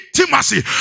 intimacy